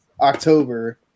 October